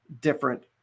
different